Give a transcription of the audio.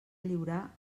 lliurar